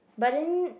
but then